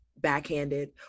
backhanded